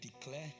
declare